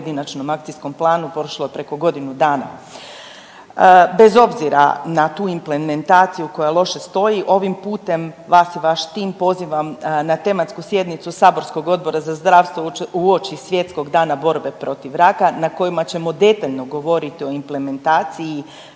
pojedinačnom akcijskom planu prošlo je preko godinu dana. Bez obzira na tu implementaciju koja loše stoji ovim putem vas i vaš tim pozivam na tematsku sjednicu saborskog Odbora za zdravstvo uoči Svjetskog dana borbe protiv raka na kojima ćemo detaljno govoriti o implementaciji